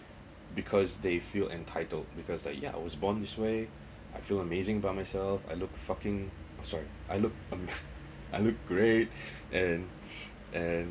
because they feel entitled because like yeah I was born this way I feel amazing by myself I look fucking sorry I look I look great and and